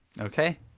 Okay